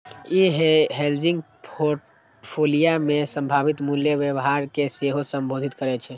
ई hedging portfolio मे संभावित मूल्य व्यवहार कें सेहो संबोधित करै छै